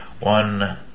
One